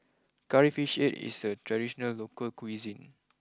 Curry Fish Head is a traditional local cuisine